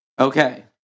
Okay